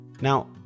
Now